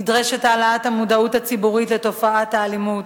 נדרשת העלאת המודעות הציבורית לתופעת האלימות.